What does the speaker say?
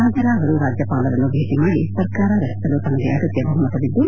ನಂತರ ಅವರು ರಾಜ್ಙಪಾಲರನ್ನು ಭೇಟಿ ಮಾಡಿ ಸರ್ಕಾರ ರಚಿಸಲು ತಮಗೆ ಅಗತ್ಯ ಬಹುಮತವಿದ್ದು